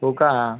हो का